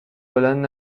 بلند